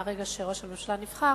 מהרגע שראש הממשלה נבחר,